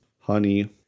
honey